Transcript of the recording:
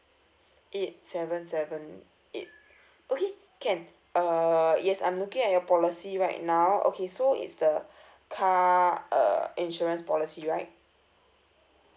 eight seven seven eight okay can uh yes I'm looking at your policy right now okay so it's the car uh insurance policy right